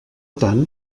tant